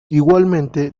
igualmente